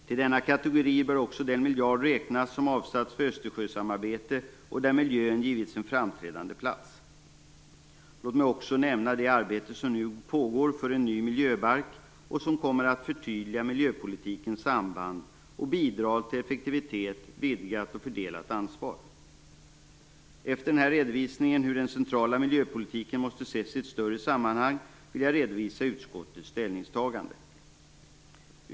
Till denna kategori bör också den miljard räknas som avsatts för Östersjösamarbete, där miljön givits en framträdande plats. Låt mig också nämna det arbete för en ny miljöbalk som nu pågår. Den kommer att förtydliga miljöpolitikens samband och bidra till effektivitet, vidgat och fördelat ansvar. Efter denna redovisning av hur den centrala miljöpolitiken måste ses i ett större sammanhang, vill jag redovisa utskottets ställningstagande.